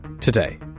Today